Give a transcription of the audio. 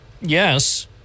yes